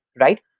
right